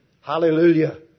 Hallelujah